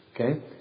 Okay